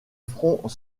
front